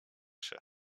się